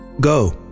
Go